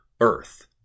earth